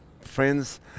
friends